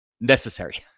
necessary